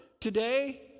today